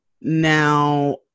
Now